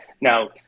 Now